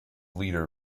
leader